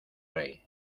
rey